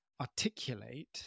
articulate